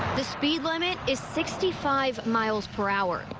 the speed limit is sixty five. miles per hour.